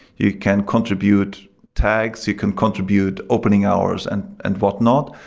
you can contribute tags. you can contribute opening hours and and whatnot,